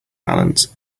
balance